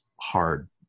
hard